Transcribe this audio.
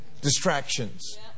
Distractions